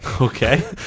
Okay